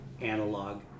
analog